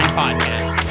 podcast